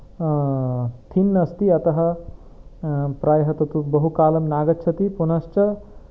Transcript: थिन् अस्ति अतः प्रायः तत्तु बहुकालं ना आगच्छति पुनश्च